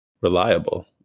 reliable